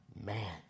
Man